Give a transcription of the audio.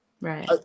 Right